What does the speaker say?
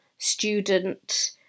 student